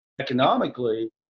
economically